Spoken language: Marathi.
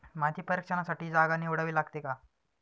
माती परीक्षणासाठी जागा निवडावी लागते का?